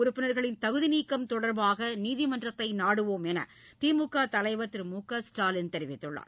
உறுப்பினா்களின் தகுதிநீக்கம் தொடர்பாக நீதிமன்றத்தை நாடுவோம் என்று திமுக தலைவா் திரு மு க ஸ்டாலின் தெரிவித்துள்ளார்